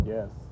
Yes